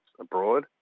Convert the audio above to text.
abroad